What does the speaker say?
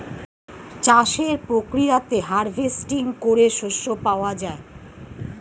চাষের প্রক্রিয়াতে হার্ভেস্টিং করে শস্য পাওয়া যায়